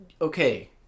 Okay